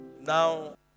Now